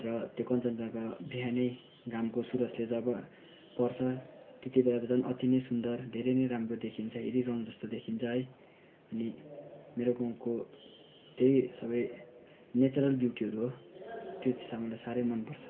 र त्यो कन्चनजङ्घा बिहानै घामको सुरजले जब पर्छ त्यति बेला त झन् अति नै सुन्दर धेरै नै राम्रो देखिन्छ हेरिरहु जस्तो देखिन्छ है अनि मेरो गाउँको सबै त्यही नेचरल ब्युटीहरू हो त्यो चिज हामीसाई साह्रै मनपर्छ